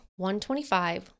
125